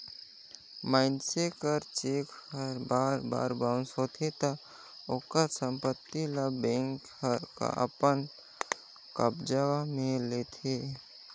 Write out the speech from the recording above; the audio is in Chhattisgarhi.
मइनसे कर चेक हर बार बार बाउंस होथे ता ओकर संपत्ति ल बेंक हर अपन कब्जा में ले लेथे